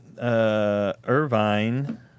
Irvine